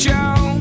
Joe